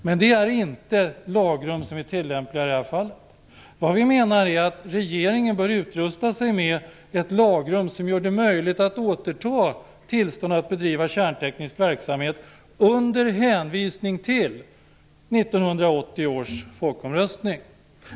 Men det är inte lagrum som är tillämpliga i det här fallet. Vad vi menar är att regeringen bör utrusta sig med ett lagrum som gör det möjligt att återta tillstånd att bedriva kärnteknisk verksamhet under hänvisning till 1980 års folkomröstning.